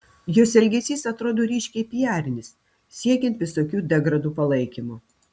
jos elgesys atrodo ryškiai pijarinis siekiant visokių degradų palaikymo